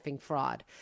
fraud